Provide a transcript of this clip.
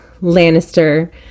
Lannister